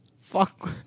Fuck